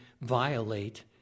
violate